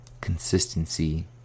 Consistency